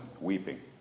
weeping